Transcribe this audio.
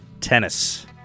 Tennis